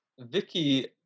Vicky